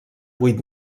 vuit